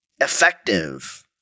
effective